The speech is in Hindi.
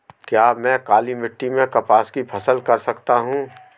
क्या मैं काली मिट्टी में कपास की फसल कर सकता हूँ?